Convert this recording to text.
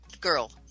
girl